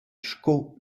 sco